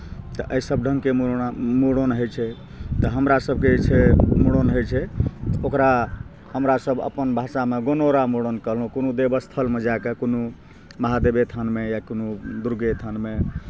एहि सभ ढङ्गके मुड़ना मूड़न होइ छै तऽ हमरा सभके जे छै मूड़न होइ छै ओकरा हमरा सभ अपन भाषामे गोनोरा मूड़न कहलहुँ कोनो देव स्थलमे जा कऽ कोनो महादेवे स्थानमे या कोनो दुर्गे स्थानमे